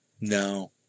No